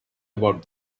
about